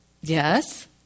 Yes